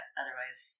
otherwise